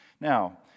Now